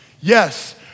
Yes